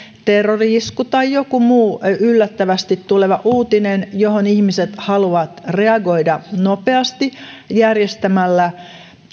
terrori isku tai joku muu yllättävästi tuleva uutinen johon ihmiset haluavat reagoida nopeasti järjestämällä